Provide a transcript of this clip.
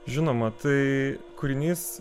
žinoma tai kūrinys